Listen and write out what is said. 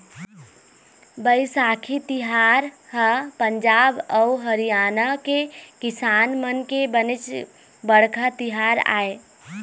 बइसाखी तिहार ह पंजाब अउ हरियाणा के किसान मन के बनेच बड़का तिहार आय